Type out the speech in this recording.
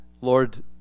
Lord